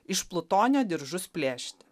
iš plutonio diržus plėšti